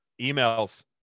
email's